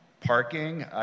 parking